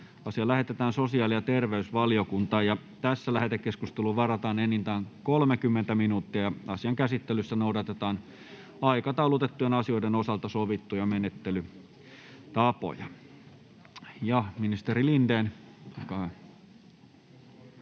asia lähetetään sosiaali- ja terveysvaliokuntaan. Lähetekeskusteluun varataan enintään 30 minuuttia. Asian käsittelyssä noudatetaan aikataulutettujen asioiden osalta sovittuja menettelytapoja. — Ministeri Lindén,